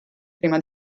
prima